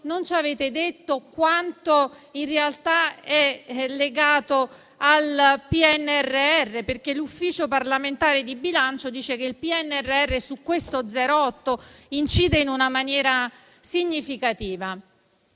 non ci avete detto quanto in realtà è legato al PNRR, perché l'Ufficio parlamentare di bilancio dice che il PNRR su questo 0,8 incide in una maniera significativa.